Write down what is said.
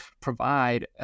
provide